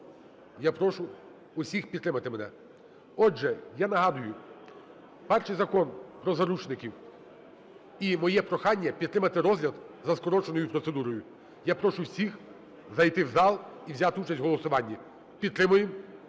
Я прошу всіх підтримати мене. Отже, я нагадую. Перший закон про заручників. І моє прохання підтримати розгляд за скороченою процедурою. Я прошу всіх зайти в зал і взяти участь в голосуванні. Підтримуємо